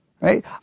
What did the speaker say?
Right